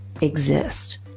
exist